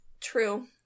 True